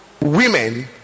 women